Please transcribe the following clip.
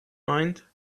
mind